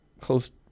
close